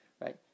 right